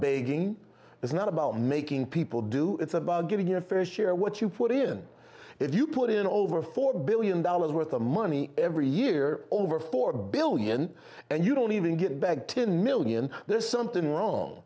begging it's not about making people do it's about giving you a fair share what you put in if you put in over four billion dollars worth of money every year over four billion and you don't even get back ten million there's something wrong